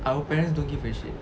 our parents don't give a shit